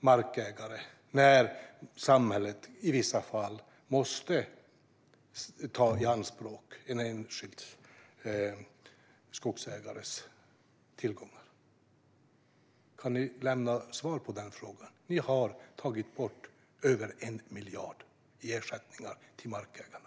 markägare när samhället i vissa fall måste ta i anspråk en enskild skogsägares tillgångar? Kan ni lämna svar på den frågan? Ni har tagit bort över 1 miljard i ersättningar till markägarna.